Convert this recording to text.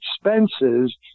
expenses